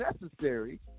necessary